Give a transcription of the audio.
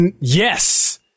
Yes